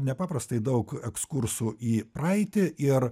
nepaprastai daug ekskursų į praeitį ir